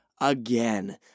again